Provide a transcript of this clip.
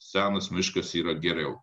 senas miškas yra geriau